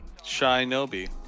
Shinobi